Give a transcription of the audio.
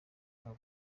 bwa